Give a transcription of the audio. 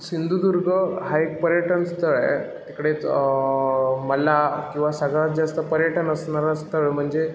सिंधुदुर्ग हा एक पर्यटन स्थळ आहे तिकडेच मला किंवा सगळ्यात जास्त पर्यटन असणारं स्थळ म्हणजे